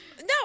No